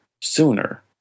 sooner